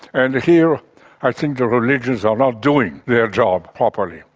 and here i think the religions are not doing their job properly.